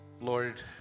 Lord